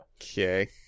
Okay